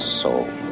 soul